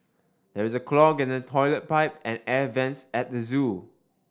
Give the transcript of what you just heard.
there is a clog in the toilet pipe and air vents at the zoo